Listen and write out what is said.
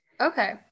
Okay